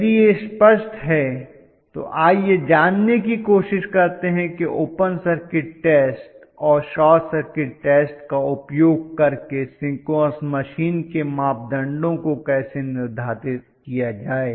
यदि यह स्पष्ट है तो आइए जानने की कोशिश करते हैं कि ओपन सर्किट टेस्ट और शॉर्ट सर्किट टेस्ट का उपयोग करके सिंक्रोनस मशीन के मापदंडों को कैसे निर्धारित किया जाए